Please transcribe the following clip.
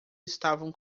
estavam